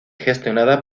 gestionada